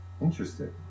Interesting